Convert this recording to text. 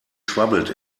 schwabbelt